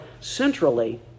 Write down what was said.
centrally